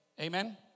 Amen